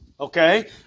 Okay